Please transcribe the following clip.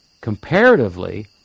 comparatively